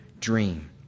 dream